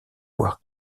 voir